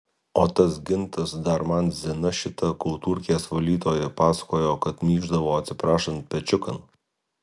o tas gintas dar man zina šita kultūrkės valytoja pasakojo kad myždavo atsiprašant pečiukan